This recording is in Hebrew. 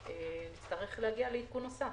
כי אז נצטרך להגיע לעדכון נוסף.